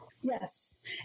Yes